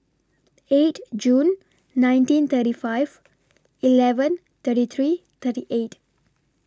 eight June nineteen thirty five eleven thirty three thirty eight